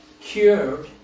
cured